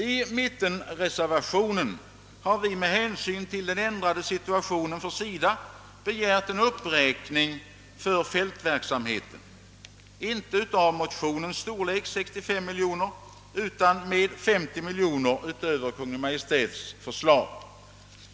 I mittenreservationen har vi med hänsyn till den ändrade situationen för SIDA begärt en uppräkning för fältverksamheten — inte med 65 miljoner som föreslagits i motionen utan med 50 miljoner utöver Kungl. Maj:ts förslag.